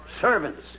servants